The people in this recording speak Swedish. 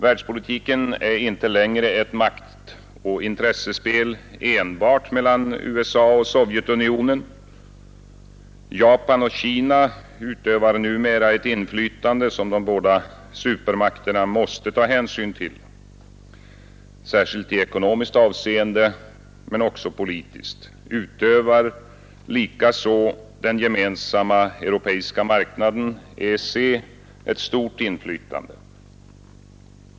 Världspolitiken är inte längre ett maktoch intressespel enbart mellan USA och Sovjetunionen. Japan och Kina utövar numera ett inflytande, som de båda supermakterna måste ta hänsyn till. Särskilt i ekonomiskt avseende, men också politiskt, utövar likaså den gemensamma europeiska marknaden, EEC, ett stort inflytande.